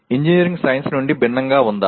engineering science నుండి భిన్నంగా ఉందా